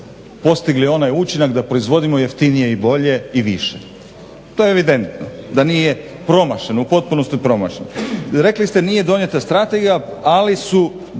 postigli onaj učinak da proizvodimo jeftinije i bolje i više. To je evidentno, da nije promašeno, u potpunosti promašeno. Rekli ste nije donijeta strategija, ali su